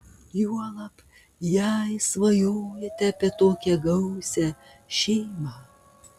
juolab jei svajojate apie tokią gausią šeimą